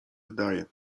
wydaje